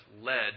led